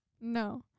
no